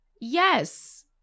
Yes